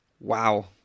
Wow